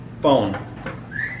phone